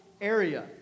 area